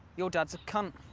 your dad's a cunt.